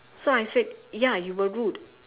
so I said ya you were rude